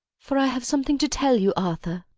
for i have something to tell you, arthur.